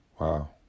Wow